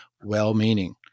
well-meaning